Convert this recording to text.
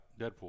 Deadpool